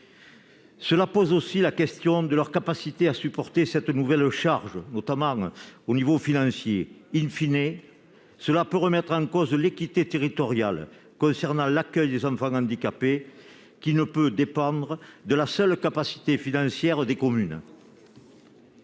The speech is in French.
Se pose aussi la question de leur capacité à supporter cette nouvelle charge, notamment sur le plan financier., cette évolution pourrait remettre en cause l'équité territoriale en matière d'accueil des enfants handicapés, qui ne peut dépendre de la seule capacité financière des communes.